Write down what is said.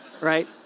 Right